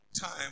time